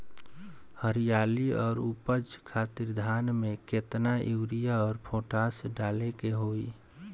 हरियाली और उपज खातिर धान में केतना यूरिया और पोटाश डाले के होई?